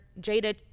Jada